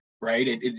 right